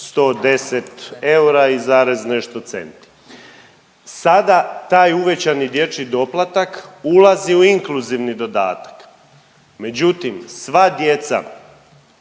110 eura i zarez nešto centi. Sada taj uvećani dječji doplatak ulazi u inkluzivni dodatak, međutim sva djeca